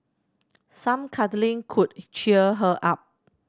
some cuddling could cheer her up